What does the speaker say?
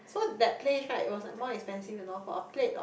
so that place right it was like more expensive you know for a plate of